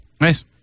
nice